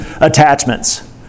attachments